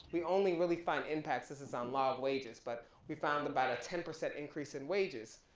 we only really find impacts, this is on logged wages, but we found about ten percent increase in wages,